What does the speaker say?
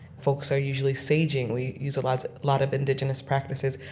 folks are usually sage-ing. we use a lot lot of indigenous practices.